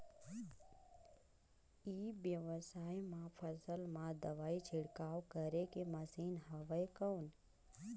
ई व्यवसाय म फसल मा दवाई छिड़काव करे के मशीन हवय कौन?